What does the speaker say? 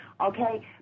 okay